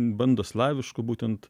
bando slaviškų būtent